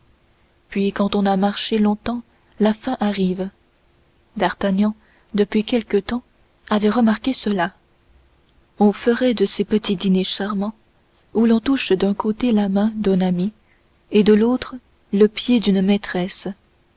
puis quand on a marché longtemps la faim arrive d'artagnan depuis quelque temps avait remarqué cela on ferait de ces petits dîners charmants où l'on touche d'un côté la main d'un ami et de l'autre le pied d'une maîtresse